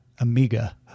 Amiga